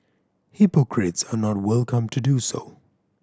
hypocrites are not welcome to do so